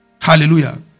Hallelujah